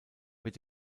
wird